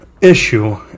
issue